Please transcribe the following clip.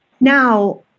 Now